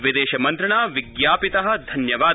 विदेशमन्त्रिणा विज्ञापित धन्यवाद